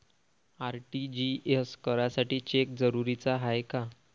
RTGS करासाठी cheque जरुरीचा हाय काय?